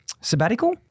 sabbatical